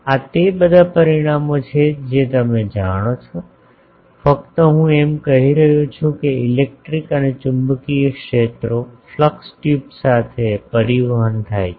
આ તે બધા પરિણામો છે જે તમે જાણો છો ફક્ત હું એમ કહી રહ્યો છું કે ઇલેક્ટ્રિક અને ચુંબકીય ક્ષેત્રો ફ્લક્સ ટ્યુબ સાથે પરિવહન થાય છે